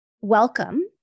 welcome